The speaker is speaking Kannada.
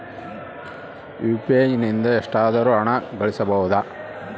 ಯು.ಪಿ.ಐ ನಿಂದ ಎಷ್ಟಾದರೂ ಹಣ ಕಳಿಸಬಹುದಾ?